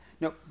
No